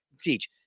teach